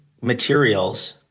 materials